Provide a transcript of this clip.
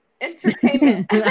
Entertainment